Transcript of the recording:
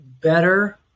better